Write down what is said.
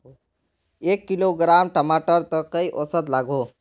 एक किलोग्राम टमाटर त कई औसत लागोहो?